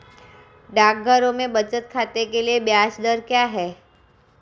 डाकघरों में बचत खाते के लिए ब्याज दर क्या है?